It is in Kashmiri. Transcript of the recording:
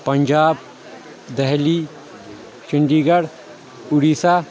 پنجاب دہلی چندی گڑ اُڑیسا